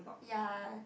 ya